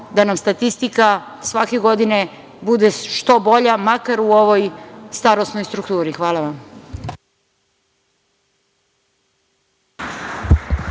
da nam statistika svake godine bude što bolja, makar u ovoj starosnoj strukturi. Hvala.